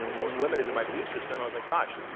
i was limited to my belief system, i was like, gosh,